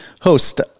host